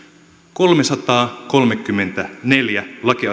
kolmesataakolmekymmentäneljä